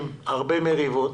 והרבה מריבות.